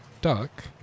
duck